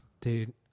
Dude